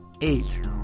eight